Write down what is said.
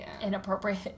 inappropriate